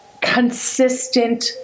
consistent